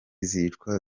zicwa